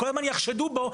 כל הזמן יחשדו בו,